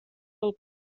del